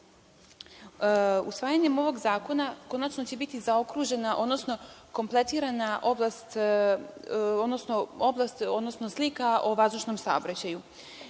ovog zakona konačno će biti zaokružena, odnosno kompletirana oblast, odnosno slika o vazdušnom saobraćaju.